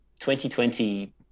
2020